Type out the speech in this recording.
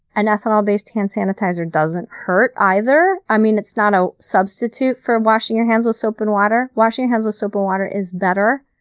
an ethanol-based hand sanitizer doesn't hurt either. i mean, it's not a substitute for washing your hands with soap and water. washing hands with soap and water is better,